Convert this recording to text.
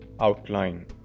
outline